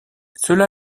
cela